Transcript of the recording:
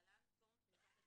(להלן, תום תקופת הביניים)".